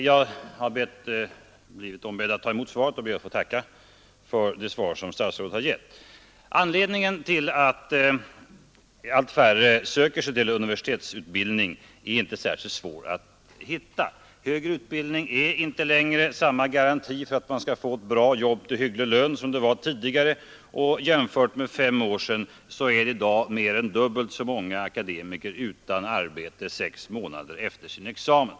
Herr talman! Jag har blivit ombedd att överta frågan och ber att få tacka för det svar statsrådet givit. Anledningen till att allt färre söker sig till universitetsutbildning är inte särskilt svår att hitta. Högre utbildning är inte längre samma garanti för att man skall få ett bra jobb med hygglig lön som det var tidigare. Jämfört med förhållandena för fem år sedan är det i dag mer än dubbelt så många akademiker som är utan arbete ännu sex månader efter sin examen.